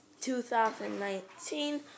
2019